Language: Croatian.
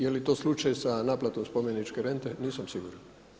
Je li to slučaj sa naplatom spomeničke rente nisam siguran.